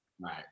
Right